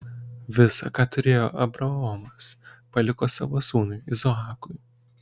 visa ką turėjo abraomas paliko savo sūnui izaokui